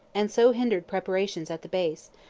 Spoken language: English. and so hindered preparations at the base,